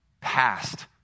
past